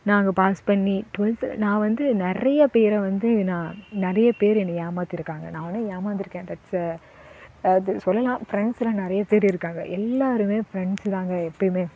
நாங்கள் பாஸ் பண்ணி ட்வெல்த் நான் வந்து நிறையா பேரை வந்து நான் நிறைய பேர் என்னை ஏமாத்தியிருக்காங்க நானும் ஏமாந்திருக்கேன் தட்ஸ் அது சொல்லலாம் ஃப்ரெண்ட்ஸெல்லாம் நிறைய பேர் இருக்காங்க எல்லோருமே ஃப்ரெண்ட்ஸ் தான்ங்க எப்போவுமே